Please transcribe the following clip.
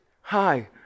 hi